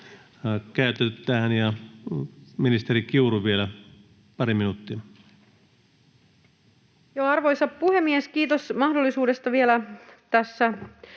käytetty tähän, ja ministeri Kiuru vielä pari minuuttia. Arvoisa puhemies! Kiitos mahdollisuudesta vielä tässä